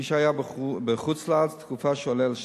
למי שהיה בחוץ-לארץ תקופה שעולה על שנתיים,